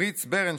פריץ ברנשטיין,